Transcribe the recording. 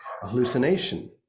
hallucination